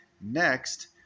Next